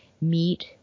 meet